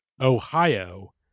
Ohio